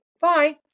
Bye